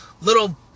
Little